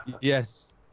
Yes